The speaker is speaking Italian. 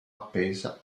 appesa